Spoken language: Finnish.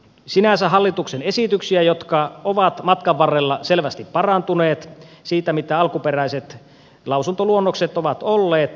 sinänsä kannatan hallituksen esityksiä jotka ovat matkan varrella selvästi parantuneet siitä mitä alkuperäiset lausuntoluonnokset ovat olleet